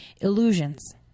Illusions